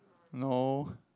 no